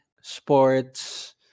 sports